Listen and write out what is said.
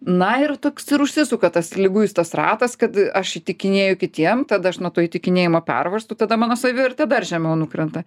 na ir toks ir užsisuka tas liguistas ratas kad aš įtikinėju kitiems tada aš nuo to įtikinėjimo pervargstu tada mano savivertė dar žemiau nukrenta